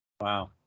Wow